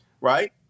right